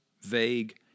vague